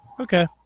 Okay